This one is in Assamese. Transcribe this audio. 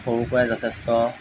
সৰুৰ পৰাই যথেষ্ট